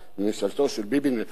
ממשלתו של ביבי נתניהו.